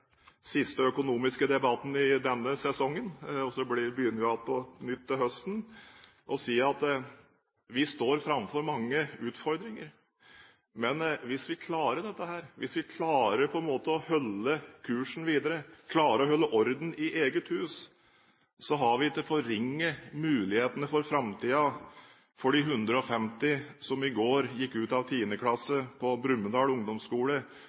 begynner vi på nytt igjen til høsten – med å si at vi står framfor mange utfordringer. Men hvis vi klarer dette – hvis vi klarer å holde kursen videre, klarer å holde orden i eget hus – har vi ikke forringet mulighetene for framtiden for de 150 som i går gikk ut av 10. klasse på Brumunddal ungdomsskole,